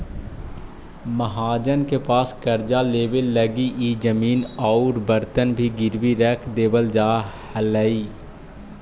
महाजन के पास कर्जा लेवे लगी इ जमीन औउर बर्तन भी गिरवी रख देवल जा हलई